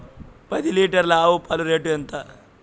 పది లీటర్ల ఆవు పాల రేటు ఎంత?